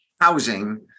housing